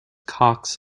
cox